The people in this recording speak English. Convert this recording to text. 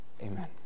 Amen